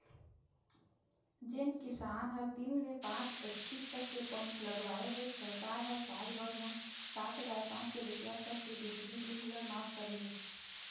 जेन किसान ह तीन ले पाँच एच.पी तक के पंप लगवाए हे सरकार ह साल भर म सात हजार पाँच सौ रूपिया तक के बिजली बिल ल मांफ करे हे